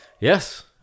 Yes